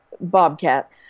bobcat